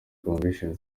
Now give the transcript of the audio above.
convention